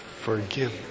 Forgive